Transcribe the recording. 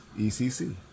ECC